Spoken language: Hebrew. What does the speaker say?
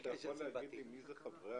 אתה יכול להגיד מי הם חברי